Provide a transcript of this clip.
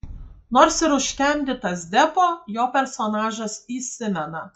nors ir užtemdytas deppo jo personažas įsimena